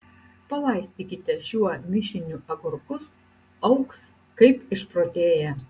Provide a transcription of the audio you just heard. palaistykite šiuo mišiniu agurkus augs kaip išprotėję